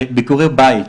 לביקורי בית,